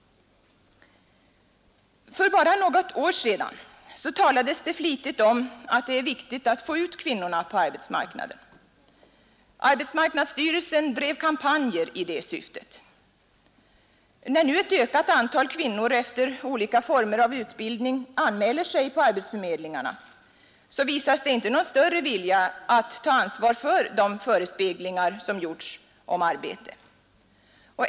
För bara något år sedan talades flitigt om att det är viktigt att få ut kvinnorna på arbetsmarknaden. Arbetsmarknadsstyrelsen drev kampanjer i det syftet. När nu ett ökat antal kvinnor efter olika former av utbildning anmäler sig på arbetsförmedlingarna, visas inte någon större vilja att ta ansvar för de förespeglingar som gjorts om arbete.